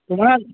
কিমান